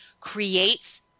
creates